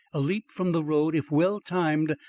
a leap from the road, if well-timed,